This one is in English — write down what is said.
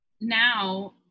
now